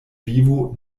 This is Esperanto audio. vivo